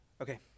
Okay